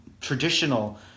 traditional